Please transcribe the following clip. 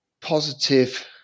positive